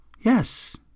Yes